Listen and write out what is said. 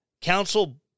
Council